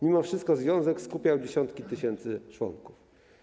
Mimo wszystko związek skupiał dziesiątki tysięcy członków.